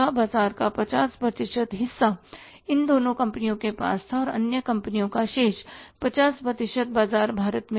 बाजार का 50 प्रतिशत हिस्सा इन दोनों कंपनियों के पास था और अन्य कंपनियों का शेष 50 प्रतिशत बाजार भारत में था